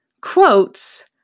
quotes